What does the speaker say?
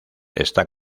está